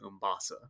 Umbasa